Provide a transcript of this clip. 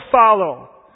follow